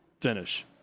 finish